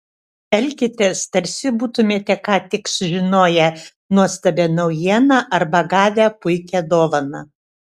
elkitės tarsi būtumėte ką tik sužinoję nuostabią naujieną arba gavę puikią dovaną